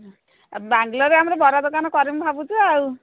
ବାଙ୍ଗଲୋର୍ରେ ଆମର ବରା ଦୋକାନ କରିବୁ ଭାବୁଛୁ ଆଉ